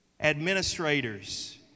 Administrators